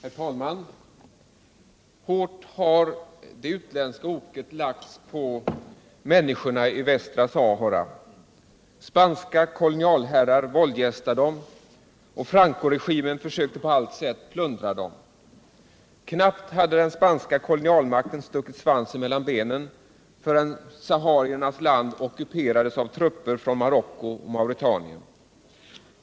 Herr talman! Hårt har det utländska oket lagts på människorna i Västra Sahara. Spanska kolonialherrar våldgästar dem och Francoregimen försökte på alla sätt att plundra dem. Knappt hade den spanska kolonialmakten stuckit svansen mellan benen förrän sahariernas land ockuperades av trupper från Marocko och Mauretanien.